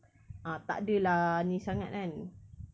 ah tak ada lah ni sangat kan